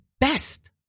best